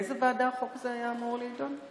באיזו ועדה החוק הזה היה אמור להידון?